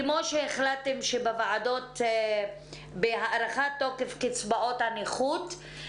כמו שהחלטתם לגבי הארכת תוקף קצבאות הנכות,